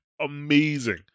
amazing